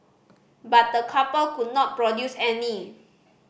but the couple could not produce any